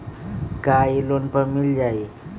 का इ लोन पर मिल जाइ?